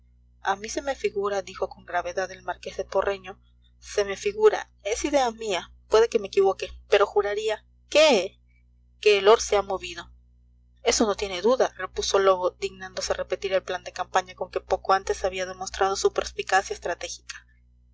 a mí se me figura dijo con gravedad el marqués de porreño se me figura es idea mía puede que me equivoque pero juraría qué que el lord se ha movido eso no tiene duda repuso lobo dignándose repetir el plan de campaña con que poco antes había demostrado su perspicacia estratégica